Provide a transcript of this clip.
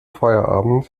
feierabend